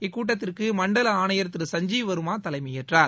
இக்கூட்டத்திற்கு மண்டல ஆணையர் திரு சஞ்சீவ் வர்மா தலைமையேற்றார்